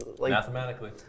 Mathematically